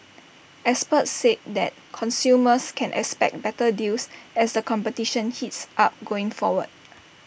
experts said that consumers can expect better deals as the competition heats up going forward